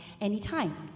anytime